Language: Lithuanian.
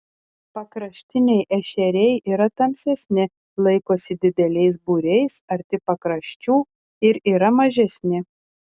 pakraštiniai ešeriai yra tamsesni laikosi dideliais būriais arti pakraščių ir yra mažesni